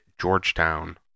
Georgetown